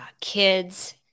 kids